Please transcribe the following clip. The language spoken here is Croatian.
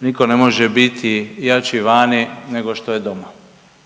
nitko ne može biti jači vani nego što je doma.